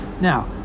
Now